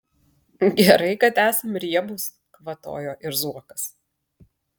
gerai kad esam riebūs kvatojo ir zuokas